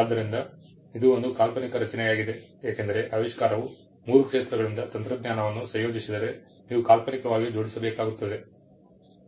ಆದ್ದರಿಂದ ಇದು ಒಂದು ಕಾಲ್ಪನಿಕ ರಚನೆಯಾಗಿದೆ ಏಕೆಂದರೆ ಆವಿಷ್ಕಾರವು ಮೂರು ಕ್ಷೇತ್ರಗಳಿಂದ ತಂತ್ರಜ್ಞಾನವನ್ನು ಸಂಯೋಜಿಸಿದರೆ ನೀವು ಕಾಲ್ಪನಿಕವಾಗಿ ಜೋಡಿಸಬೇಕಾಗುತ್ತದೆ